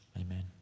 Amen